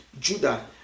Judah